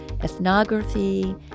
ethnography